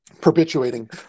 perpetuating